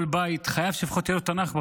כל בית חייב שלפחות יהיה בו תנ"ך,